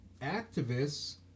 activists